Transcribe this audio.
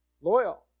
loyal